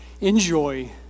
enjoy